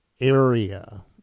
area